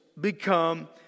become